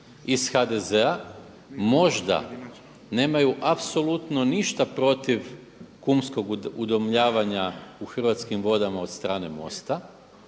iz HDZ-a možda nemaju apsolutno ništa protiv kumskog udomljavanja u Hrvatskim vodama od strane MOST-a,